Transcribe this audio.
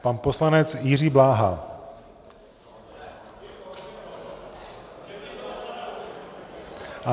Pan poslanec Jiří Bláha.